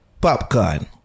popcorn